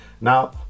Now